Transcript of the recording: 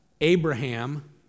Abraham